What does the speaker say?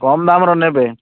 କମ୍ ଦାମର ନେବେ